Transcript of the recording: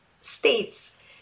states